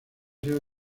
sido